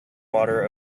water